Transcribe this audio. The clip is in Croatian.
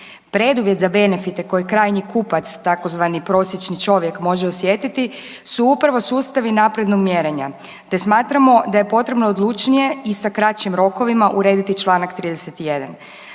Preduvjet za benefite koje krajnji kupac, tzv. prosječni čovjek može osjetiti su upravo sustavi naprednog mjerenja te smatramo da je potrebno odlučnije i sa kraćim rokovima urediti čl. 31.